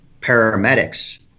paramedics